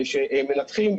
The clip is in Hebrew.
כשמנתחים,